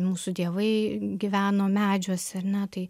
mūsų dievai gyveno medžiuose ar ne tai